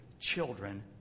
children